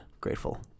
grateful